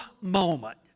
moment